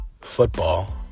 football